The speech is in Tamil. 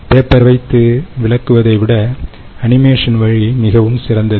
பேப்பர் வைத்து விளக்குவதை விட அனிமேஷன் வழி மிகவும் சிறந்தது